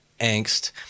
angst